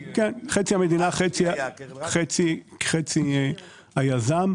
מיליון שקלים, חצי מן המדינה וחצי מן היזם.